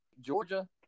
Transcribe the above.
Georgia –